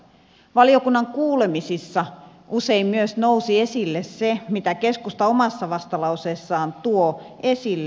valiokunnan kuulemisissa usein myös nousi esille se mitä keskusta omassa vastalauseessaan tuo esille